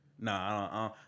nah